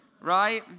right